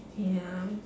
ya